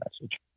message